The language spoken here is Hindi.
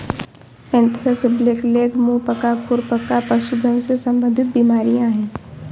एंथ्रेक्स, ब्लैकलेग, मुंह पका, खुर पका पशुधन से संबंधित बीमारियां हैं